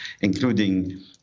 including